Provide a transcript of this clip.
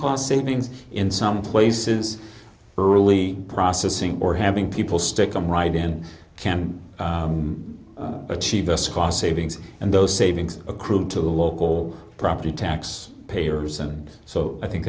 cost savings in some places early processing or having people stick them right in can achieve us cost savings and those savings accrue to the local property tax payers and so i think